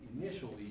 initially